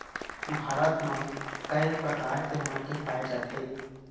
भारत म कय प्रकार के माटी पाए जाथे?